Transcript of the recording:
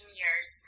years